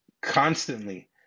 constantly